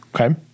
Okay